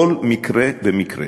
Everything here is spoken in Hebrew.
כל מקרה ומקרה